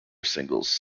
singles